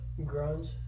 Grunge